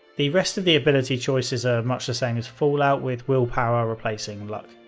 the rest of the ability choices are much the same as fallout with willpower replacing luck.